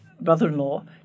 brother-in-law